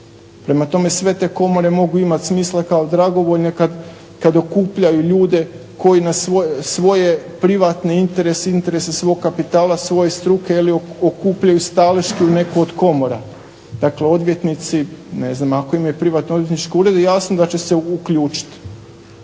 Prema tome, sve te komore mogu imati smisla kao dragovoljne kad okupljaju ljude koji na svoj privatni interes i interese svog kapitala, svoje struke okupljaju staleški u neku od komora. Dakle odvjetnici ako imaju privatni odvjetničke urede jasno da će se uključiti,